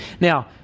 Now